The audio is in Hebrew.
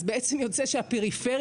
אז בעצם יוצא שהפריפריה,